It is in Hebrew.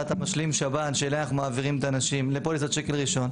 המשלים שב"ן שאליה אנחנו מעבירים את האנשים לפוליסת שקל ראשון,